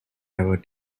ever